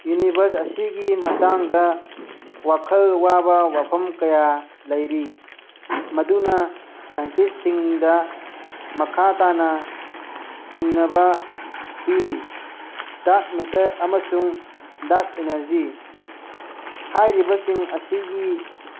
universe ꯑꯁꯤꯒꯤ ꯃꯇꯥꯡꯗ ꯋꯥꯈꯜ ꯋꯥꯕ ꯋꯥꯐꯝ ꯀꯌꯥ ꯂꯩꯔꯤ ꯃꯗꯨꯅ ꯁꯥꯏꯟꯇꯤꯁꯁꯤꯡꯗ ꯃꯈꯥ ꯇꯥꯅ ꯆꯤꯡꯅꯕ ꯄꯤꯔꯤ ꯗꯥꯛ ꯃꯦꯇꯔ ꯑꯃꯁꯨꯡ ꯗꯥꯛ ꯏꯅꯔꯖꯤ ꯍꯥꯏꯔꯤꯕꯁꯤꯡ ꯑꯁꯤꯒꯤ